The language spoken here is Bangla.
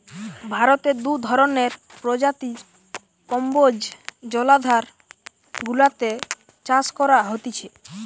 ভারতে দু ধরণের প্রজাতির কম্বোজ জলাধার গুলাতে চাষ করা হতিছে